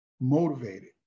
motivated